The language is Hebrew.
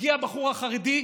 הגיע הבחור החרדי,